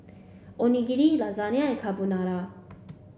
Onigiri Lasagna and Carbonara